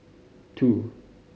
two